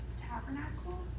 Tabernacle